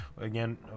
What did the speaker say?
again